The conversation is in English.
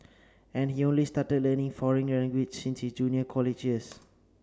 and he only started learning foreign languages since his junior college years